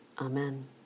Amen